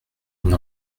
une